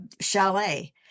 chalet